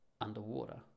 underwater